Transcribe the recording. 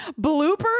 bloopers